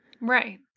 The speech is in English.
Right